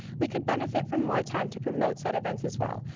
we could benefit from more time to promote said events as well,